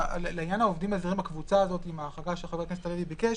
לעניין העובדים הזרים בקבוצה הזאת עם ההחרגה שחבר הכנסת עמית הלוי ביקש,